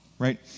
Right